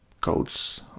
codes